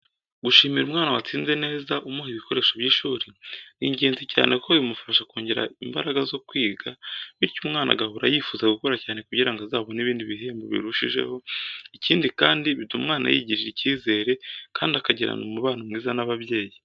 Gushimira umwana watsinze neza umuha ibikoresho by’ishuri , ni ingenzi cyane kuko bimufasha kongera imbaraga zo kwiga, bityo umwana agahora yifuza gukora cyane kugira ngo azabone ibindi bihembo birushijeho. Ikindi kandi bituma umwana yigirira icyizere kandi akagirana umubano mwiza n’ababyeyi.